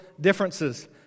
differences